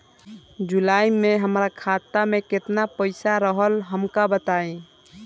जुलाई में हमरा खाता में केतना पईसा रहल हमका बताई?